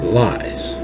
lies